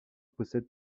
possède